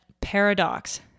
paradox